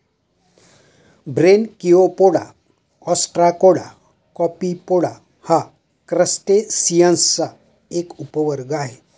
Branchiopoda, Ostracoda, Copepoda हा क्रस्टेसिअन्सचा एक उपवर्ग आहे